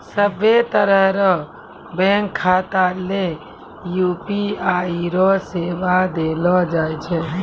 सभ्भे तरह रो बैंक खाता ले यू.पी.आई रो सेवा देलो जाय छै